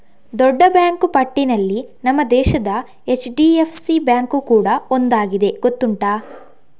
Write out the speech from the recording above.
ದೊಡ್ಡ ಬ್ಯಾಂಕು ಪಟ್ಟಿನಲ್ಲಿ ನಮ್ಮ ದೇಶದ ಎಚ್.ಡಿ.ಎಫ್.ಸಿ ಬ್ಯಾಂಕು ಕೂಡಾ ಒಂದಾಗಿದೆ ಗೊತ್ತುಂಟಾ